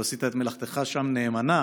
ועשית את מלאכתך שם נאמנה,